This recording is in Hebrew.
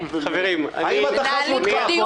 האם אתה חש מותקף?